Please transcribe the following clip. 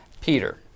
Peter